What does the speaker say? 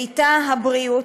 ואתה הבריאות,